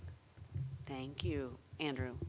thank you, andrew.